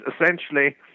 essentially